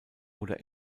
oder